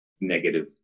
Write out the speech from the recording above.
negative